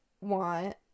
want